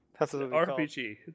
RPG